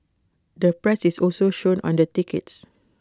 the price is also shown on the tickets